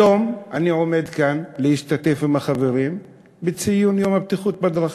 היום אני עומד כאן להשתתף עם החברים בציון יום הבטיחות בדרכים.